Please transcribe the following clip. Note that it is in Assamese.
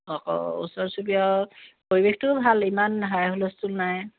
আকৌ ওচৰ চুবুৰীয়া পৰিৱেশটোও ভাল ইমান হাই হুলস্থুল নাই